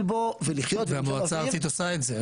בו ולחיות --- והמועצה הארצית עושה את זה,